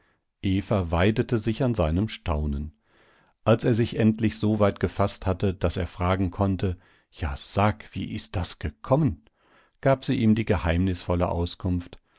eva weidete sich an seinem staunen als er sich endlich soweit gefaßt hatte daß er fragen konnte ja sag wie ist das gekommen gab sie ihm die geheimnisvolle auskunft